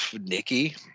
nikki